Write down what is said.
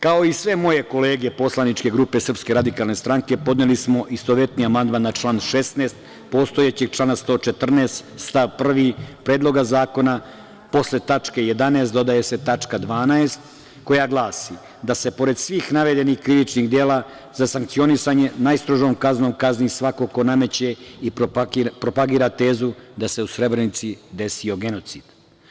Kao i sve moje kolege poslaničke grupe SRS podneli smo istovetni amandman na član 16. postojećeg člana 114. stav 1. Predloga zakona posle tačke 11) dodaje se tačka 12) koja glasi – da se pored svih navedenih krivičnih dela za sankcionisanje najstrožijom kaznom kazni svako ko nameće i propagira tezu da se u Srebrenici desio genocid.